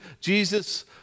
Jesus